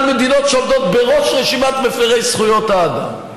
מדינות שעומדות בראש רשימת מפירי זכויות האדם.